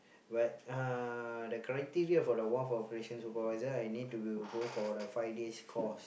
but uh the corrective year for the wharf operation supervisor I need to will go for the five days course